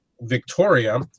Victoria